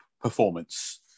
performance